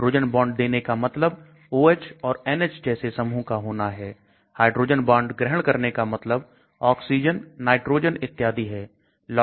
hydrogen bond देने का मतलब OH और NH जैसे समूह का होना है हाइड्रोजन बांड ग्रहण करने का मतलब ऑक्सीजन नाइट्रोजन इत्यादि हैं